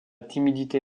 timidité